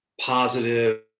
positive